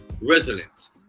resilience